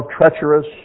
treacherous